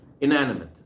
inanimate